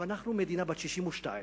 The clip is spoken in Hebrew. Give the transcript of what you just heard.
אבל אנחנו מדינה בת 62,